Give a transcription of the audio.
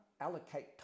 allocate